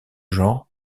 genre